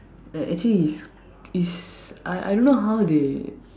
act actually it's it's I I don't know how they